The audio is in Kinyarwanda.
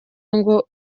ngo